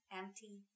empty